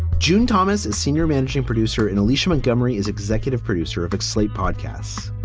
june thomas is senior managing producer and alicia montgomery is executive producer of like slate podcasts.